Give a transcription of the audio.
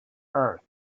earth